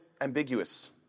ambiguous